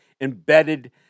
embedded